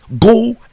go